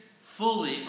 fully